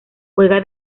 juega